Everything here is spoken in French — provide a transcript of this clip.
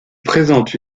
présente